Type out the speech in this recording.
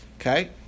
Okay